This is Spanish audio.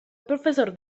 profesor